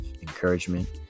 encouragement